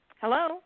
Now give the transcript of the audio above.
Hello